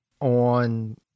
on